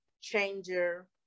changer